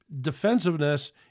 defensiveness